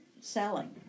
selling